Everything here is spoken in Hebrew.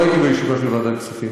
לא הייתי בישיבה של ועדת הכספים,